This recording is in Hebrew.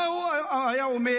מה הוא היה אומר?